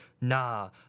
nah